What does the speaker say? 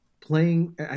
playing